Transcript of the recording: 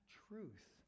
truth